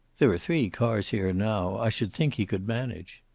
there are three cars here now i should think he could manage.